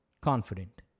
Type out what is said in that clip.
confident